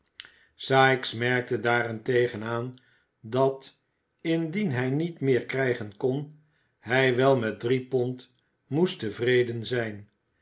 sikes merkte daarentegen aan dat indien hij niet meer krijgen kon hij wel met drie pond moest tevreden zijn